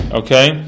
okay